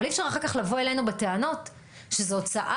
אבל אי אפשר אחר כך לבוא אלינו בטענות שזו הוצאה